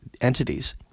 entities